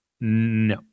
no